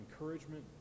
encouragement